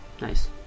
Nice